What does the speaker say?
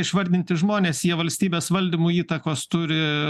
išvardinti žmonės jie valstybės valdymui įtakos turi